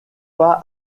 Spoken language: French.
pas